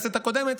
מהכנסת הקודמת,